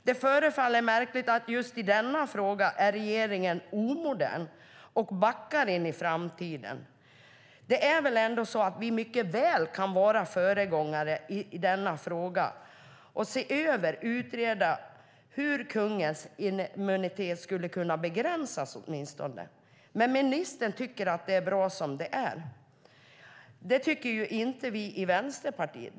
Det förefaller märkligt att regeringen just i denna fråga är omodern och backar in i framtiden. Vi kan mycket väl vara föregångare i denna fråga och se över och utreda hur kungens immunitet åtminstone skulle kunna begränsas. Ministern tycker att det är bra som det är. Det tycker inte vi i Vänsterpartiet.